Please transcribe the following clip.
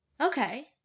Okay